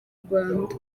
rwanda